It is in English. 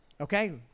Okay